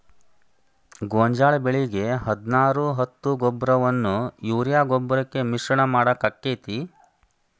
ಗೋಂಜಾಳ ಬೆಳಿಗೆ ಹದಿನಾರು ಹತ್ತು ಗೊಬ್ಬರವನ್ನು ಯೂರಿಯಾ ಗೊಬ್ಬರಕ್ಕೆ ಮಿಶ್ರಣ ಮಾಡಾಕ ಆಕ್ಕೆತಿ?